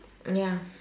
ya